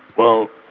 well,